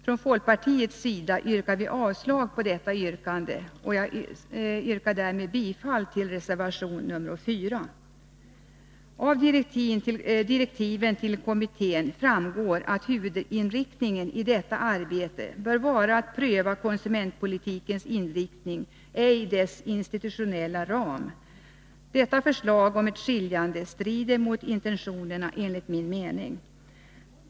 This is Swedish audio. Från folkpartiets sida yrkar vi avslag på detta förslag och därmed bifall till reservation nr 4. Av direktiven till kommittén framgår att huvudinriktningen i detta arbete bör vara att pröva konsumentpolitikens inriktning, ej dess institutionella ram. Utskottets förslag strider enligt min mening mot intentionerna.